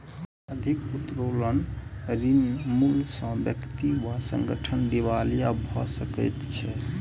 अधिक उत्तोलन ऋण मूल्य सॅ व्यक्ति वा संगठन दिवालिया भ सकै छै